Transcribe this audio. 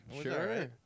Sure